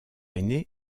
aîné